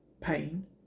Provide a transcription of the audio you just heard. Pain